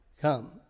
come